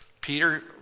Peter